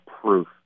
proof